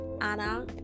anna